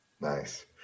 Nice